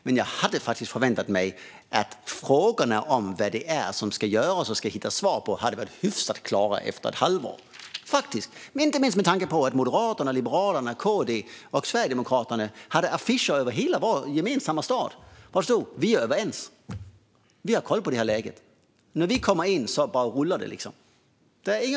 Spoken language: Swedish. Men jag förväntade mig att frågorna om vad som ska utredas hade varit hyfsat klara efter ett halvår - inte minst med tanke på att Moderaterna, Liberalerna, Kristdemokraterna och Sverigedemokraterna hade affischer över hela vår gemensamma stad om att de var överens, hade koll på läget och skulle sätta bollen i rullning så fort de kom in.